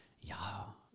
ja